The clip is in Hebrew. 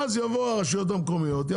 יבואו הרשויות המקומיות,